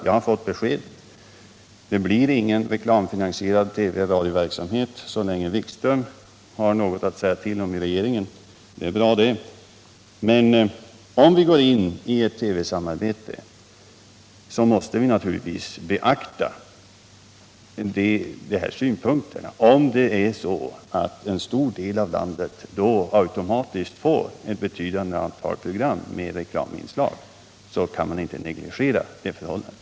Jag har fått besked: det blir ingen reklamfinansierad radio TV-verksamhet så länge Wikström har något att säga till om i regeringen. Det är bra. Men om vi går in i ett TV-samarbete måste vi naturligtvis beakta dess risker. Om det är så att en stor del av landet då automatiskt får ett betydande antal program med reklaminslag, kan man inte negligera det förhållandet.